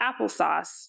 applesauce